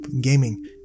Gaming